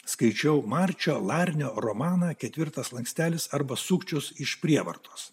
skaičiau marčio larnio romaną ketvirtas slankstelis arba sukčius iš prievartos